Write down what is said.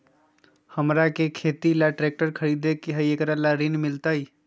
हमरा के खेती ला ट्रैक्टर खरीदे के हई, एकरा ला ऋण मिलतई?